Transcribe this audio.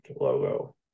logo